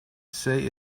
say